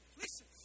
listen